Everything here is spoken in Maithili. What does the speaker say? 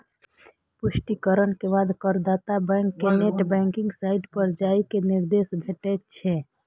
पुष्टिकरण के बाद करदाता कें बैंक के नेट बैंकिंग साइट पर जाइ के निर्देश भेटै छै